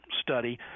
study